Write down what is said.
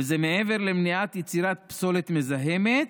וזה מעבר למניעת יצירת פסולת מזהמת,